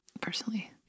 personally